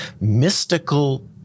mystical